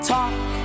Talk